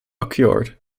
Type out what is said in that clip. occurred